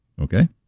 Okay